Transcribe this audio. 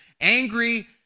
angry